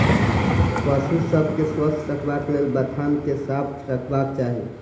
पशु सभ के स्वस्थ रखबाक लेल बथान के साफ रखबाक चाही